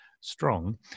strong